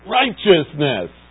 righteousness